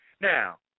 Now